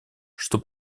что